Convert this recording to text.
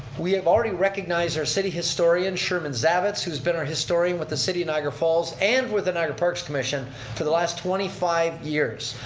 we have already recognized our city historian, sherman zavitz, who's been our historian with the city of niagara falls and with the niagara parks commission for the last twenty five years.